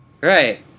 Right